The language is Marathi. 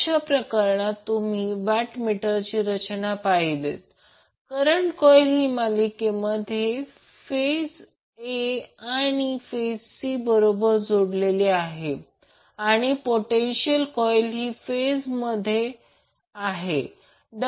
अशा प्रकरणात जर तुम्ही वॅट मीटर रचना पाहिलीत करंट कॉर्ईल ही मालिकेमध्ये फेज a आणि फेज c बरोबर जोडलेली आहे आणि पोटेन्शियल कॉर्ईल ही दोन फेजमध्ये आहे